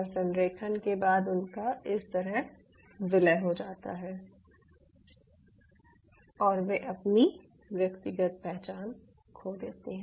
और संरेखण के बाद उनका इस तरह विलय हो जाता है और वे अपनी व्यक्तिगत पहचान खो देती हैं